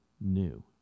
new